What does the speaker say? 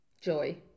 joy